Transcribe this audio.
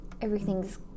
everything's